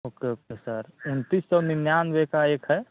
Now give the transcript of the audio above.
okay okay sir उनतीस सौ निन्यानवे का एक है